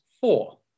four